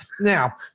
Now